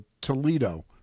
Toledo